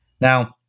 now